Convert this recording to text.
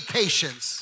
patience